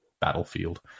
battlefield